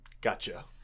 Gotcha